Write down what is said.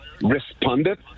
responded